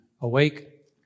awake